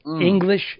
English